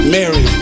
Mary